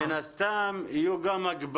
מן הסתם, יהיו גם הגבלות